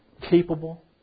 capable